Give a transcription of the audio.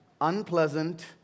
unpleasant